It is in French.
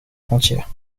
frontières